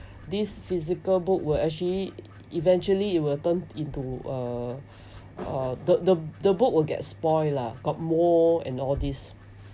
this physical book will actually eventually it will turn into a a the the the book will get spoil lah got mold and all this